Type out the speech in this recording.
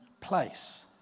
place